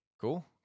Cool